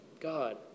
God